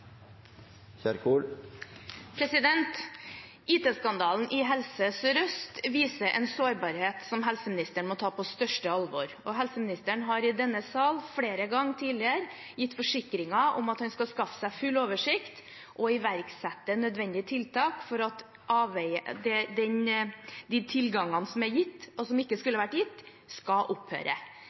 i Helse Sør-Øst viser en sårbarhet som helseministeren må ta på største alvor. Helseministeren har i denne sal flere ganger tidligere gitt forsikringer om at han skal skaffe seg full oversikt og iverksette nødvendige tiltak for at de tilgangene som er gitt, og som ikke skulle vært gitt, skal opphøre.